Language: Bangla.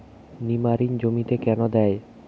নিমারিন জমিতে কেন দেয়?